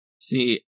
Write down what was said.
See